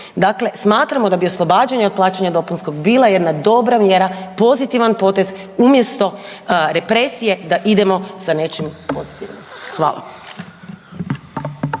Dakle, smatramo da bi oslobađanje od dopunskog, bila jedna dobra mjera, pozitivan potez umjesto represije da idemo sa nečim posebnim. Hvala.